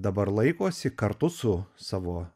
dabar laikosi kartu su savo